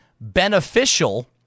beneficial